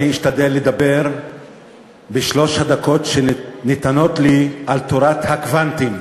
אשתדל לדבר בשלוש הדקות שניתנות לי על תורת הקוונטים,